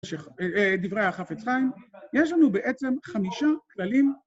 ‫דברי החפץ חיים, ‫יש לנו בעצם חמישה כללים...